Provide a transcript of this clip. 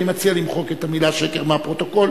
אני מציע למחוק את המלה שקר מהפרוטוקול,